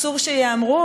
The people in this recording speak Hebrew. שאסור שייאמרו,